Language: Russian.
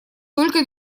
только